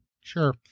Sure